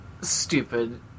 stupid